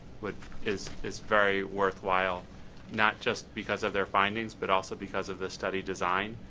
but is is very worthwhile not just because of their findings but also because of the study design.